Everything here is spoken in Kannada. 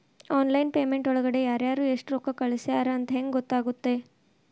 ಆನ್ಲೈನ್ ಪೇಮೆಂಟ್ ಒಳಗಡೆ ಯಾರ್ಯಾರು ಎಷ್ಟು ರೊಕ್ಕ ಕಳಿಸ್ಯಾರ ಅಂತ ಹೆಂಗ್ ಗೊತ್ತಾಗುತ್ತೆ?